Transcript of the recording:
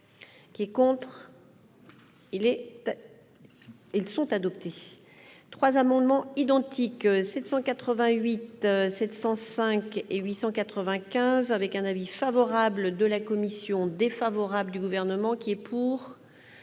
qui est contre, il est, ils sont adopté 3 amendements identiques 788 705 et 895 avec un avis favorable de la commission défavorable du gouvernement qui est pour,